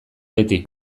beti